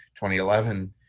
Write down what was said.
2011